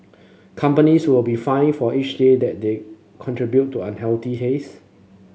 companies will be fined for each day that they contribute to unhealthy haze